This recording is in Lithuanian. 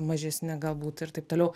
mažesni galbūt ir taip toliau